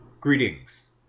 Greetings